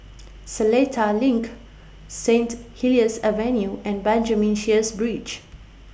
Seletar LINK Saint Helier's Avenue and Benjamin Sheares Bridge